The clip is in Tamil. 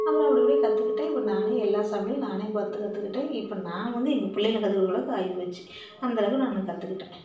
அப்புறம் அப்படி அப்படியே கற்றுக்கிட்டேன் இப்போ நானே எல்லா சமையலும் நானே பார்த்துக் கற்றுக்கிட்டேன் இப்போ நான் வந்து எங்கள் பிள்ளைங்களுக்கு கற்றுக் கொடுக்கறளவுக்கு ஆகிப்போச்சு அந்தளவுக்கு நான் கற்றுக்கிட்டேன்